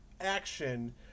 action